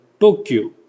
Tokyo